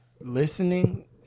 listening